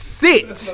sit